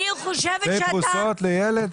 שתי פרוסות לילד?